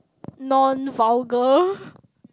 non vulgar